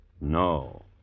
No